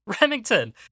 Remington